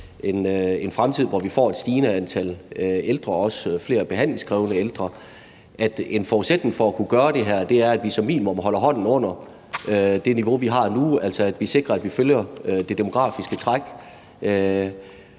en fremtid, hvor vi får et stigende antal ældre, også flere behandlingskrævende ældre, er det så en forudsætning for at kunne gøre det her, at vi som minimum holder hånden under det niveau, vi har nu, altså at vi sikrer, at vi følger det demografiske træk,